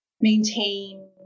maintain